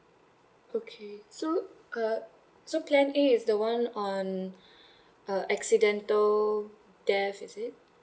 okay so uh so plan A is the one on uh accidental death is it